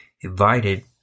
invited